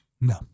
No